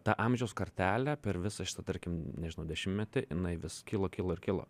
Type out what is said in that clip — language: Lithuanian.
ta amžiaus kartelė per visą šitą tarkim nežinau dešimtmetį jinai vis kilo kilo ir kilo